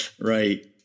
Right